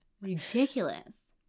ridiculous